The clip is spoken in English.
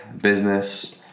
business